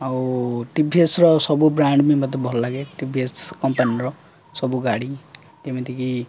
ଆଉ ଟିଭିଏସ୍ର ସବୁ ବ୍ରାଣ୍ଡ ବି ମୋତେ ଭଲ ଲାଗେ ଟି ଭି ଏସ୍ କମ୍ପାନୀର ସବୁ ଗାଡ଼ି ଯେମିତିକି